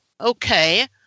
okay